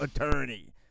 attorney